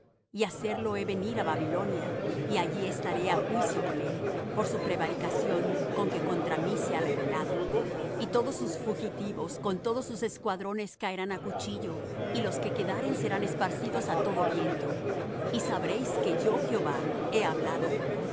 y hacerlo he venir á babilonia y allí estaré á juicio con él por su prevaricación con que contra mí se ha rebelado y todos sus fugitivos con todos sus escuadrones caerán á cuchillo y los que quedaren serán esparcidos á todo viento y sabréis que yo jehová he hablado